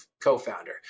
co-founder